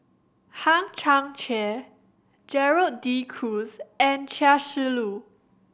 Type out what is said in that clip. Hang Chang Chieh Gerald De Cruz and Chia Shi Lu